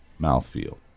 mouthfeel